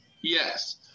Yes